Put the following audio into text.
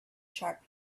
sharp